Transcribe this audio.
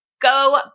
go